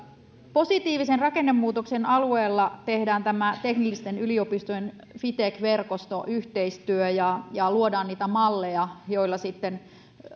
positiivisen rakennemuutoksen alueella tehdään tämä teknillisten yliopistojen fitech verkosto ja yhteistyö ja luodaan niitä malleja joilla sitten